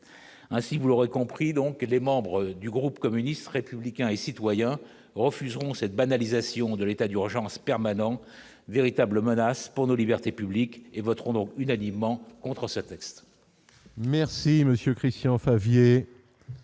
ainsi, vous l'aurez compris donc les membres du groupe communiste républicain et citoyen refuseront cette banalisation de l'état d'urgence permanent, véritable menace pour nos libertés publiques et voteront donc unanimement contre ça.